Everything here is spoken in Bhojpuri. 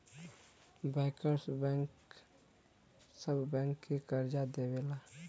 बैंकर्स बैंक सब बैंक के करजा देवला